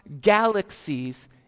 galaxies